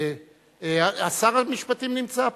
שר המשפטים נמצא פה.